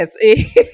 Yes